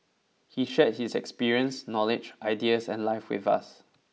he shared his experience knowledge ideas and life with us